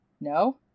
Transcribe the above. No